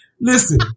Listen